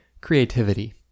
creativity